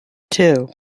two